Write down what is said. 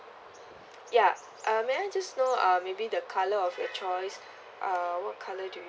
ya may I just know uh maybe the colour of your choice uh what colour do